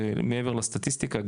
מעבר לסטטיסטיקה,